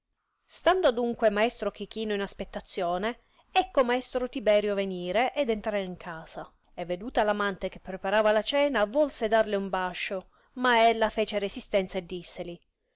stando adunque maestro chechino in aspettazione ecco maestro tiberio venire ed entrare in casa e veduta r amante che preparava la cena volse darle un bascio ma ella fece resistenza e disseli